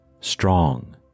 strong